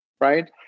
right